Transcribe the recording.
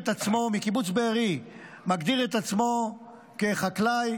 מקיבוץ בארי, מגדיר את עצמו כחקלאי,